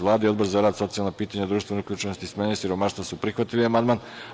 Vlada i Odbor za rad, socijalna pitanja, društvenu uključenost i smanjenje siromaštva su prihvatili amandman.